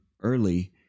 early